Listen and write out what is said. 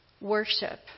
Worship